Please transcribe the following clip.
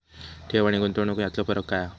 ठेव आनी गुंतवणूक यातलो फरक काय हा?